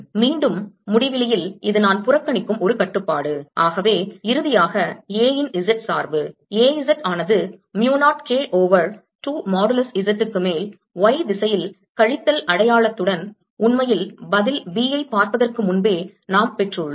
மீண்டும் முடிவிலியில் இது நான் புறக்கணிக்கும் ஒரு கட்டுப்பாடு ஆகவே இறுதியாக A இன் Z சார்பு A z ஆனது mu 0 K over 2 modulus Z க்கு மேல் Y திசையில் கழித்தல் அடையாளத்துடன் உண்மையில் பதில் B ஐப் பார்ப்பதற்கு முன்பே நாம் பெற்றுள்ளோம்